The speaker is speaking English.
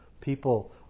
People